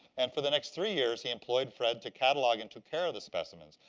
and for the next three years, he employed fred to catalog and took care of the specimens.